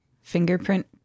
fingerprint